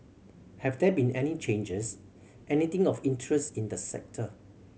have there been any changes anything of interest in the sector